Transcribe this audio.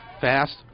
fast